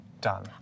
done